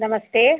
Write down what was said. नमस्ते